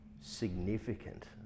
significant